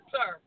Sir